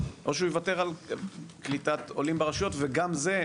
או שהוא יוותר על קליטת עולים ברשויות וגם זה,